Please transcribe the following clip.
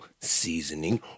seasoning